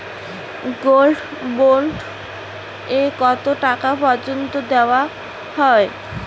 Gold bond এ কতো টাকা পর্যন্ত দেওয়া হয়?